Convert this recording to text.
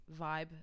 vibe